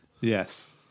Yes